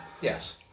yes